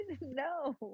No